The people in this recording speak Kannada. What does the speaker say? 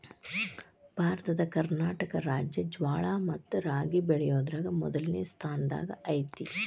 ಭಾರತದ ಕರ್ನಾಟಕ ರಾಜ್ಯ ಜ್ವಾಳ ಮತ್ತ ರಾಗಿ ಬೆಳಿಯೋದ್ರಾಗ ಮೊದ್ಲನೇ ಸ್ಥಾನದಾಗ ಐತಿ